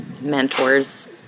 mentors